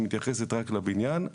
שמתייחסת רק לבניין,